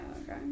okay